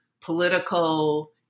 political